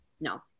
no